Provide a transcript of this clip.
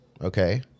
okay